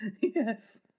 Yes